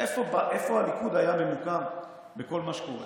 איפה הליכוד היה ממוקם בכל מה שקורה?